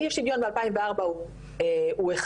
הרי אי השוויון ב- 2004 הוא 1,